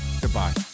Goodbye